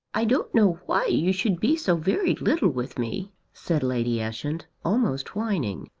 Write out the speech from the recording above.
i don't know why you should be so very little with me, said lady ushant, almost whining.